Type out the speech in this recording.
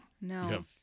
No